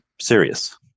serious